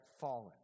fallen